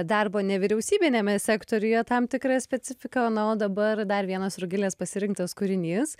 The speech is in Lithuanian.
darbo nevyriausybiniame sektoriuje tam tikrą specifiką na o dabar dar vienas rugilės pasirinktas kūrinys